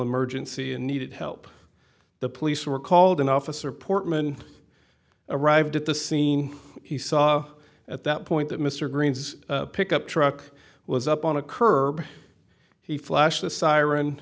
emergency and needed help the police were called an officer portman arrived at the scene he saw at that point that mr green's pickup truck was up on a curb he flashed a siren